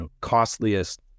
costliest